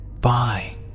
Bye